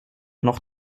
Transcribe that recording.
noch